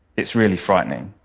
it's really frightening.